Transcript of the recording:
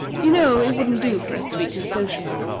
you know it wouldn't do for us to be too sociable.